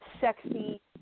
sexy